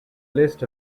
list